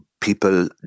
people